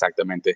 Exactamente